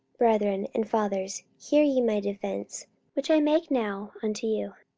brethren, and fathers, hear ye my defence which i make now unto you.